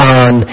on